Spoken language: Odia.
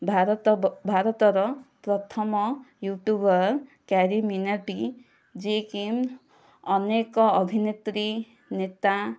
ଭାରତ ଭାରତର ପ୍ରଥମ ଯୂଟ୍ଯୂବର କ୍ୟାରୀମିନାଟି ଯିଏକି ଅନେକ ଅଭିନେତ୍ରୀ ନେତା